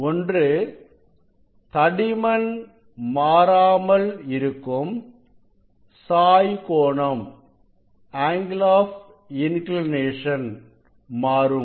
ஒன்று தடிமன் மாறாமல் இருக்கும் சாய் கோணம் மாறும்